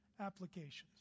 applications